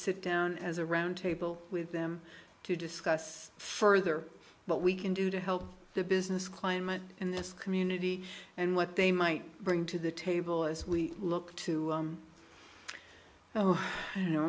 sit down as a round table with them to discuss further but we can do to help the business climate in this community and what they might bring to the table as we look to you know